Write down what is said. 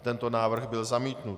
Tento návrh byl zamítnut.